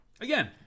again